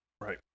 Right